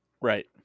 Right